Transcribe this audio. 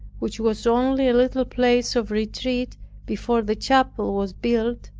which was only a little place of retreat before the chapel was built,